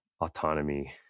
autonomy